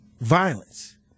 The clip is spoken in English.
violence